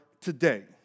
today